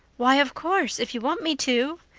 why, of course, if you want me to,